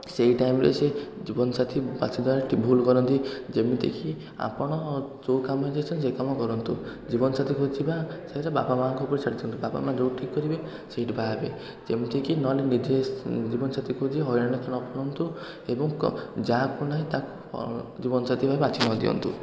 ତ ସେହି ଟାଇମରେ ସେ ଜୀବନ ସାଥୀ ବାଛିବାରେ ଭୁଲ କରନ୍ତି ଯେମିତି କି ଆପଣ ଯେଉଁ କାମରେ ଯାଇଛନ୍ତି ସେହି କାମ କରନ୍ତୁ ଜୀବନ ସାଥୀ ଖୋଜିବା ସେଇଟା ବାପା ମାଆଙ୍କ ଉପରେ ଛାଡ଼ି ଦିଅନ୍ତୁ ବାପା ମାଆ ଯେଉଁଠି ଠିକ୍ କରିବେ ସେଇଠି ବାହା ହେବେ ଯେମିତି କି ନହେଲେ ନିଜେ ଜୀବନ ସାଥୀ ଖୋଜି ହଇରାଣରେ ନ ପଡ଼ନ୍ତୁ ଏବଂ ଯାହାକୁ ନାଇଁ ତାକୁ ଜୀବନ ସାଥୀ ଭାବେ ବାଛି ନ ଦିଅନ୍ତୁ